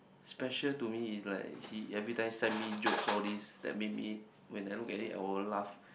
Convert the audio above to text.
special to me is like he everytime send me jokes all this that maybe when I look at it I will laugh